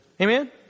Amen